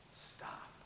stop